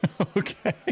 Okay